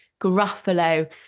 Gruffalo